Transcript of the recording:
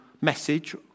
message